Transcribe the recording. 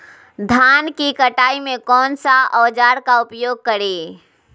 धान की कटाई में कौन सा औजार का उपयोग करे?